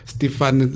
Stefan